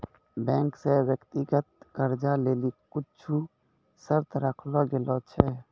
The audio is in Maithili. बैंक से व्यक्तिगत कर्जा लेली कुछु शर्त राखलो गेलो छै